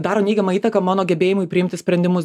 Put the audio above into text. daro neigiamą įtaką mano gebėjimui priimti sprendimus